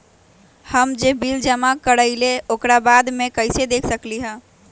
हम जे बिल जमा करईले ओकरा बाद में कैसे देख सकलि ह?